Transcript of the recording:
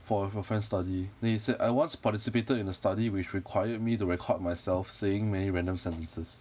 for for a friend study then he said I once participated in the study which required me to record myself saying many random sentences